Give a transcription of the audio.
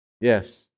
Yes